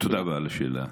תודה רבה על השאלה.